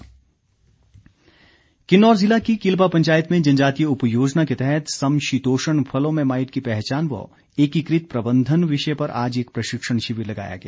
शिविर किन्नौर जिला की किलबा पंचायत में जनजातीय उपयोजना के तहत सम शीतोष्ण फलों में माईट की पहचान व एकीकृत प्रबंधन विषय पर आज एक प्रशिक्षण शिविर लगाया गया